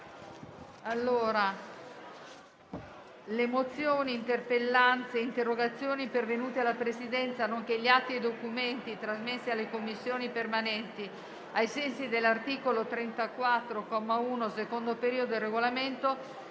Le mozioni, le interpellanze e le interrogazioni pervenute alla Presidenza, nonché gli atti e i documenti trasmessi alle Commissioni permanenti ai sensi dell'articolo 34, comma 1, secondo periodo, del Regolamento